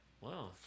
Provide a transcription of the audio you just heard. Wow